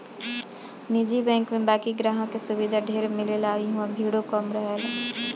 निजी बैंक में बाकि ग्राहक के सुविधा ढेर मिलेला आ इहवा भीड़ो कम रहेला